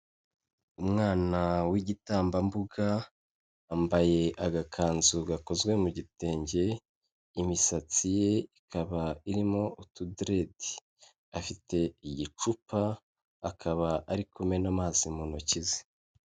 Umwana w'igitambambuga, yambaye agakanzu gakozwe mu gitenge, imisatsi ye ikaba irimo utuderede, afite igicupa, akaba ari kumena amazi mu ntoki ze.